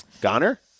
goner